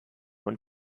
und